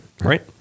Right